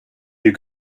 you